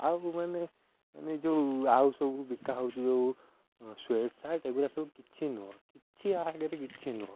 ଆଉ ମେନ୍ ମାନେ ଯେଉଁ ଆଉ ସବୁ ବିକା ହେଉଛି ଯେଉଁ ସ୍ୱେଟ୍ ସାର୍ଟ ଏଗୁୁଡ଼ା ସବୁ କିଛି ନୁହଁ କିଛି ଆ ଆଗରେ କିଛି ନୁହଁ